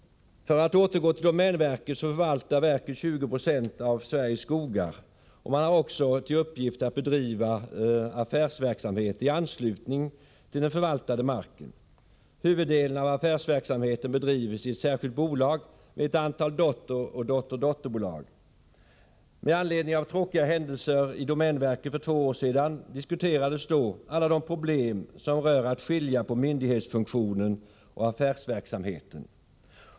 För att återgå till domänverket, så förvaltar verket 20 90 av Sveriges skogar. Sedan 1968 har man också till uppgift att bedriva affärsverksamhet i anslutning till den förvaltade marken. Huvuddelen av affärsverksamheten bedrivs i ett särskilt bolag med ett antal dotteroch dotterdotterbolag. Med anledning av tråkiga händelser i domänverket för två år sedan diskuterades då alla de problem som rör att skilja på myndighetsfunktionen och affärsverksamheten.